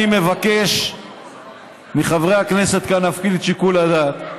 אני מבקש מחברי הכנסת כאן להפעיל את שיקול הדעת.